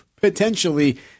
potentially